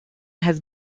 has